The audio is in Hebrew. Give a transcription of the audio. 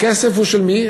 הכסף הוא של מי?